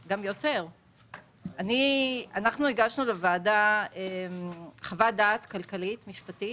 אנחנו הגשנו לוועדה חוות דעת כלכלית-משפטית